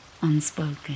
unspoken